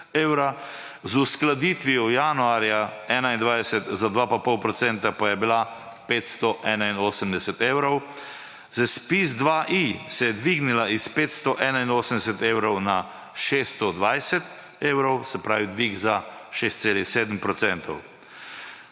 evra, z uskladitvijo januarja za 2,5 % pa je bila 581 evrov. Zdaj ZPIZ-2i se je dvignila iz 581 evrov na 620 evrov, se pravi dvig za 6,7 %.